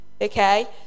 okay